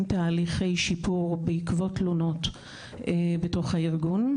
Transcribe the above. תהליכי שיפור בעקבות תלונות בתוך הארגון,